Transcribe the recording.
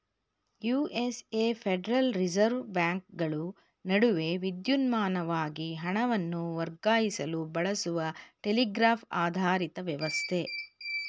USA federal reserve ಬ್ಯಾಂಕ್ಗಳು ನಡುವೆ ವಿದ್ಯುನ್ಮಾನವಾಗಿ ಹಣವನ್ನು ವರ್ಗಾಯಿಸಲು ಬಳಸುವ ಟೆಲಿಗ್ರಾಫ್ ಆಧಾರಿತ ವ್ಯವಸ್ಥೆ